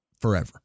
forever